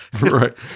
Right